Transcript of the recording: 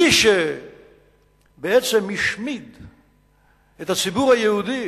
מי שבעצם השמיד את הציבור היהודי